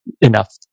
enough